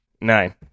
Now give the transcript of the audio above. Nine